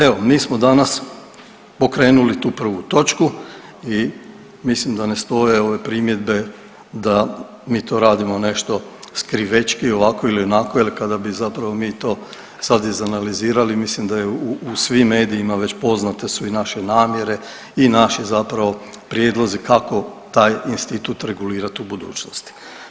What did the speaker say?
Evo, mi smo danas pokrenuli tu prvu točku i mislim da ne stoje ove primjedbe da mi to radimo nešto skrivečki ovako ili onako jer kada bi zapravo mi to sad izanalizirali mislim da je u svim medijima već poznate su i naše namjere i naši zapravo prijedlozi zapravo kako taj institut regulirati u budućnosti.